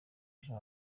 ejo